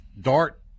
Dart